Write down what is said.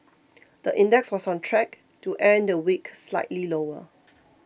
the index was on track to end the week slightly lower